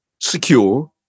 secure